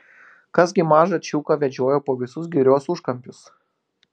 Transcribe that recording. kas gi mažą čiuką vedžiojo po visus girios užkampius